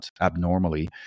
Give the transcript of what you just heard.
abnormally